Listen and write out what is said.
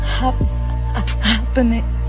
happening